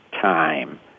time